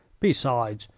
besides,